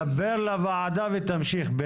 דבר לוועדה ותמשיך.